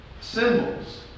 symbols